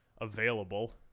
available